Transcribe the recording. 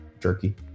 jerky